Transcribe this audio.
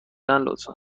لطفا